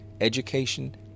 education